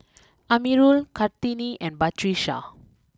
Amirul Kartini and Batrisya